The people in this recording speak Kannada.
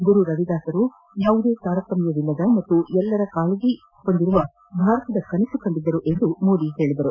ಗುರು ರವಿದಾಸರು ಯಾವುದೇ ತಾರತಮ್ಮ ಇಲ್ಲದ ಮತ್ತು ಎಲ್ಲರ ಕಾಳಜಿ ವಹಿಸುವ ಭಾರತದ ಕನಸು ಕಂಡಿದ್ದರು ಎಂದು ಮೋದಿ ಹೇಳಿದರು